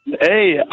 Hey